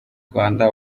rwanda